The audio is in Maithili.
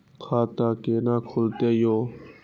खाता केना खुलतै यो